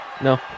No